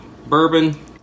Bourbon